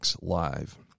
live